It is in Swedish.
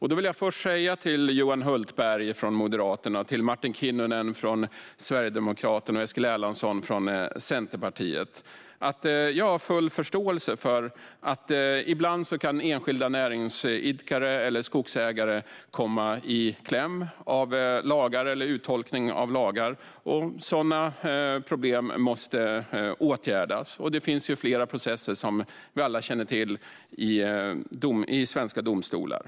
Jag vill först säga till Johan Hultberg från Moderaterna, Martin Kinnunen från Sverigedemokraterna och Eskil Erlandsson från Centerpartiet att jag har full förståelse för att enskilda näringsidkare eller skogsägare ibland kan komma i kläm vid uttolkning av lagar. Sådana problem måste åtgärdas. Det finns flera processer som vi alla känner till i svenska domstolar.